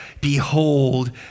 Behold